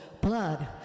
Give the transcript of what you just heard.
blood